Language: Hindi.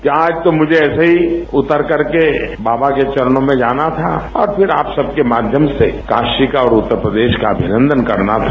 यहां तो मुझे ऐसे ही उतर करके बाबा के चरणों में जाना था और फिर आप सबके माध्यम से काशी का और उत्तर प्रदेश का अमिनंदन करना था